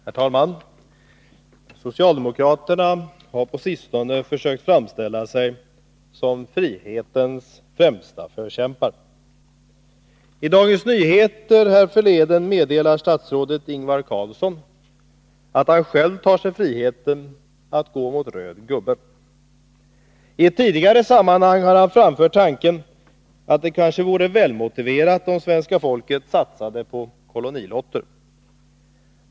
Herr talman! Socialdemokraterna har på sistone försökt framställa sig som frihetens främsta förkämpar. I Dagens Nyheter härförleden meddelar statsrådet Ingvar Carlsson att han själv tar sig friheten att gå mot röd gubbe. I ett tidigare sammanhang har han framfört tanken att det kanske vore välmotiverat om svenska folket satsade på kolonilotter.